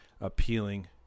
appealing